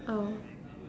oh